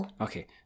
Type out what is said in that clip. Okay